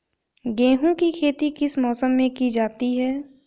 गेहूँ की खेती किस मौसम में की जाती है?